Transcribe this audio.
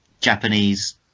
Japanese